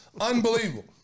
Unbelievable